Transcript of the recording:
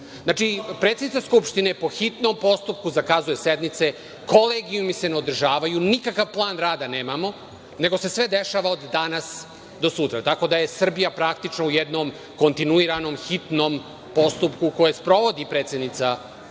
Znači, predsednica Skupštine po hitnom postupku zakazuje sednice, kolegijumi se ne održavaju, nikakav plan rada nemamo nego se sve dešava od danas do sutra, tako da je Srbija praktično u jednom kontinuiranom hitnom postupku koji sprovodi predsednica Skupštine. Zbog